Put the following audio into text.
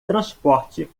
transporte